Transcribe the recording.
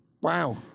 wow